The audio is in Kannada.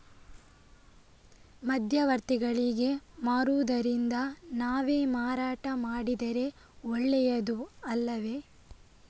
ಮಧ್ಯವರ್ತಿಗಳಿಗೆ ಮಾರುವುದಿಂದ ನಾವೇ ಮಾರಾಟ ಮಾಡಿದರೆ ಒಳ್ಳೆಯದು ಅಲ್ಲವೇ?